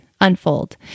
unfold